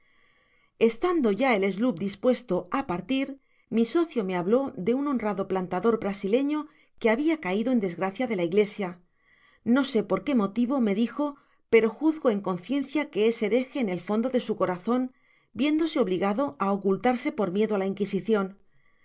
estando ya el sloop dispuesto á partir mi sócio me habló de un honrado plantador brasileño que habia caido en desgracia de la iglesia no sé por qué motivo me dijo pero juzgo en conciencia que es hereje en el fondo de sn corazon viéndose obligado á ocultarse por miedo á la inquisicion se